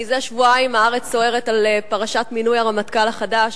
מזה שבועיים הארץ סוערת על פרשת מינוי הרמטכ"ל החדש,